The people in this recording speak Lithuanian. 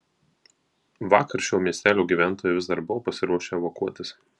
vakar šio miestelio gyventojai vis dar buvo pasiruošę evakuotis